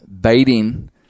baiting